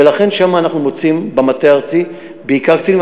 ולכן, שם אנחנו מוצאים, במטה הארצי, בעיקר קצינים.